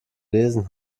lesen